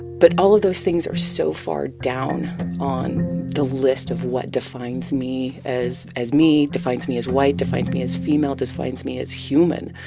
but all of those things are so far down on the list of what defines me as as me, defines me as white, defines me as female, defines me as human.